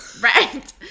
Right